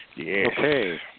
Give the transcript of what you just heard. Okay